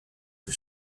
que